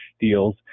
deals